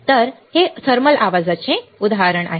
तर हे थर्मल आवाजाचे उदाहरण आहे